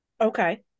okay